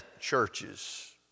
churches